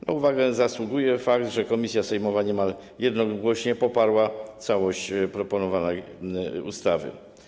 Na uwagę zasługuje fakt, że komisja sejmowa niemal jednogłośnie poparła całość proponowanej ustawy.